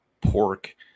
pork